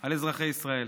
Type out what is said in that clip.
של אזרחי ישראל.